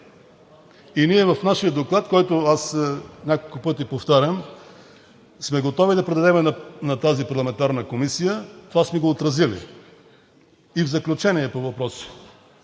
И ние в нашия доклад, който аз няколко пъти повтарям, сме готови да предадем на тази парламентарна комисия – това сме го отразили. И в заключение по въпроса.